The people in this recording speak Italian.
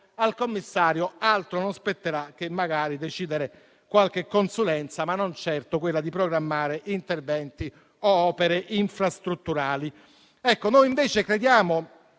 al commissario altro non spetterà che magari decidere qualche consulenza, ma non certo quella di programmare interventi o opere infrastrutturali. Noi crediamo,